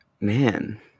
Man